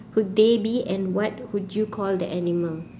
would they be and what would you call the animal